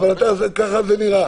אבל ככה זה נראה.